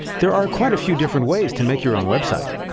there are quite a few different ways to make your own website.